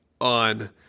on